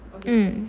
mm